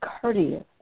courteous